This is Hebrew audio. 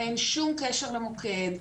אין שום קשר למוקד.